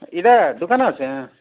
ଇଦା ଦୋକାନ ଅଛେଁ